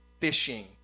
fishing